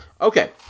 Okay